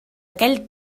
aquell